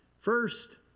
First